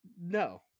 no